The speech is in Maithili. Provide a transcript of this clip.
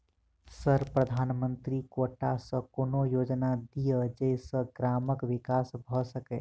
सर प्रधानमंत्री कोटा सऽ कोनो योजना दिय जै सऽ ग्रामक विकास भऽ सकै?